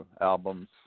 albums